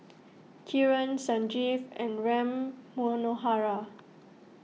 Kiran Sanjeev and Ram Manohar